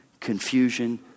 confusion